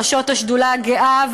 ראשות השדולה הגאה,